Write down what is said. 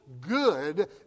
good